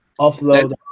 offload